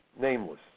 nameless